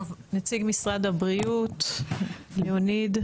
נציג משרד הבריאות לאוניד